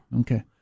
Okay